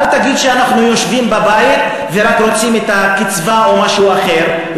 אל תגיד שאנחנו יושבים בבית ורק רוצים את הקצבה או משהו אחר.